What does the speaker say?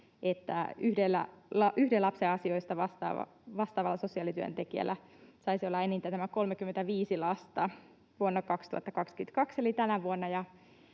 yhden lapsen asioista vastaavalla sosiaalityöntekijällä saisi olla enintään tämä 35 lasta vuonna 2022